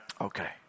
Okay